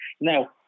now